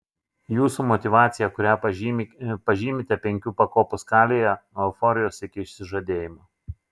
jūsų motyvacija kurią pažymite penkių pakopų skalėje nuo euforijos iki išsižadėjimo